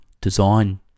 design